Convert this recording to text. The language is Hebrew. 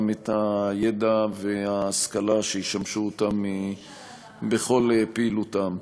גם את הידע וההשכלה שישמשו אותן בכל פעילותן.